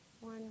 One